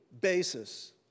basis